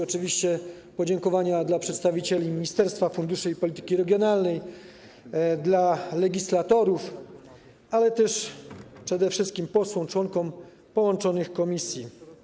Oczywiście podziękowania dla przedstawicieli Ministerstwa Funduszy i Polityki Regionalnej, dla legislatorów, ale też przede wszystkim dla posłów, członków połączonych komisji.